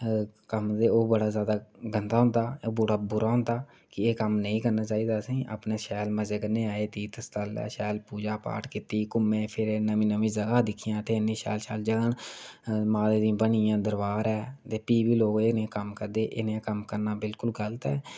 कम्म ते ओह् बड़ा जादा गंदा होंदा बूरा होंदा कि एह् नेईं करना चाही दा असेंगी अपने मजे कन्नै आए तीर्थ स्थल शैल पूजा पाठ कीती घूमे फिर नमीं नमीं जगाह् दिक्खियां इत्थें इन्नी इन्नी शैल जगाह् न माते दी बनी दियां दरवार ऐ ते फ्ही बी लोग एह् जेह् कम्म करदे एह् जेह् कम्म करना बिल्कुल गल्त ऐ